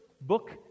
book